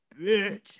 bitch